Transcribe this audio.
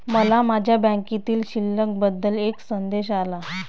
मला माझ्या बँकेतील शिल्लक बद्दल एक संदेश आला